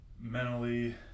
mentally